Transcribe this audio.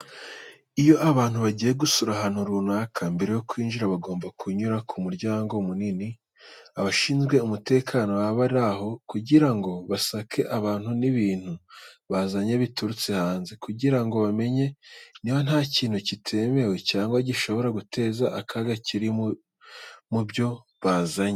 Iyo abantu bagiye gusura ahantu runaka, mbere yo kwinjira bagomba kunyura ku muryango munini. Abashinzwe umutekano baba bari aho, kugira ngo basake abantu n'ibintu bazanye biturutse hanze, kugira ngo bamenye niba nta kintu kitemewe cyangwa gishobora guteza akaga kiri mu byo bazanye.